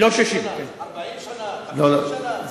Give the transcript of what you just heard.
20 שנה, 30 שנה, לא 60. 40 שנה, 50 שנה, כמה?